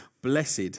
Blessed